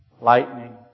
lightning